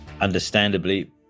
understandably